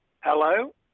Hello